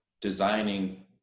designing